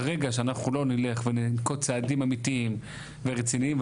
ברגע שאנחנו לא נלך וננקוט צעדים אמיתיים ורציניים.